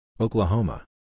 Oklahoma